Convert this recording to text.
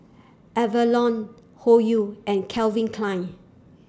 Avalon Hoyu and Calvin Klein